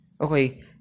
okay